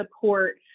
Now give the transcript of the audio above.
support